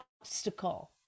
obstacle